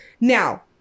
now